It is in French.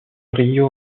río